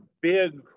big